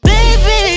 Baby